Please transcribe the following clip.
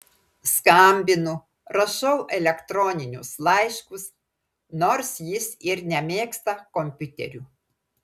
skambinu rašau elektroninius laiškus nors jis ir nemėgsta kompiuterių